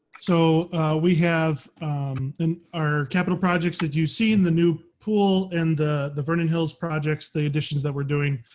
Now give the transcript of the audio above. so we have and our capital projects. did you see in the new pool and the the vernon hills projects, the additions that we're doing?